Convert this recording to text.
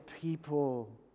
people